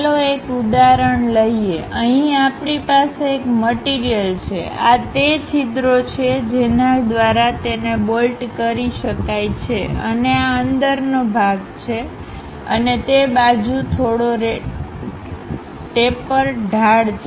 ચાલો એક ઉદાહરણ લઈએ અહીં આપણી પાસે એક મટીરીયલછેઆ તે છિદ્રો છે જેના દ્વારા તેને બોલ્ટ કરી શકાય છે અને આ અંદરનો ભાગ છે અને તે બાજુ થોડો ટેપરઢાળ છે